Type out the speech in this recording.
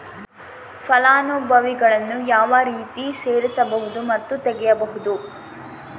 ಫಲಾನುಭವಿಗಳನ್ನು ಯಾವ ರೇತಿ ಸೇರಿಸಬಹುದು ಮತ್ತು ತೆಗೆಯಬಹುದು?